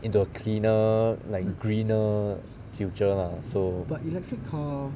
into a cleaner like greener future lah so